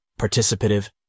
participative